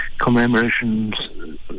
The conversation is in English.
commemorations